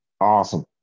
Awesome